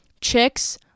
chicks